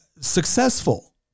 successful